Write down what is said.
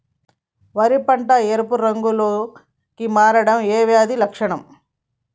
వరి పంట ఎరుపు రంగు లో కి మారడం ఏ వ్యాధి లక్షణం?